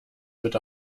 wird